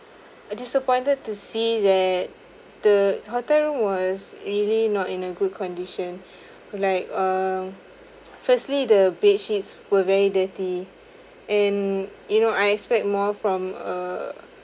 a disappointed to see that the hotel room was really not in a good condition like uh firstly the bed sheets were very dirty and you know I expect more from a